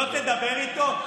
לא תדבר איתו?